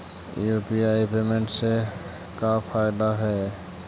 UPI payment से का फायदा है?